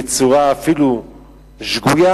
בצורה אפילו שגויה,